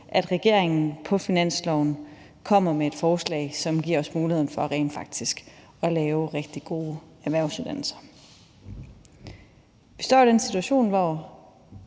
at regeringen på finansloven kommer med et forslag, som giver os mulighed for rent faktisk at lave rigtig gode erhvervsuddannelser. Vi står i den situation, at